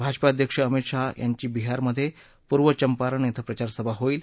भाजपा अध्यक्ष अमित शहा यांची बिहारमधे पूर्व चंपारण कें प्रचारसभा होईल